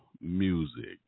music